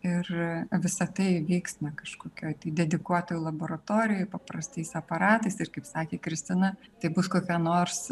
ir visa tai vyks na kažkokioj dedikuotoj laboratorijoj paprastais aparatais ir kaip sakė kristina tai bus kokia nors